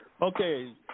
Okay